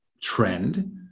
trend